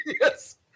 Yes